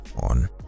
on